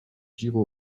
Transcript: giro